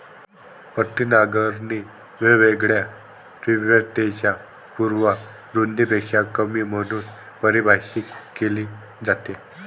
पट्टी नांगरणी वेगवेगळ्या तीव्रतेच्या पूर्ण रुंदीपेक्षा कमी म्हणून परिभाषित केली जाते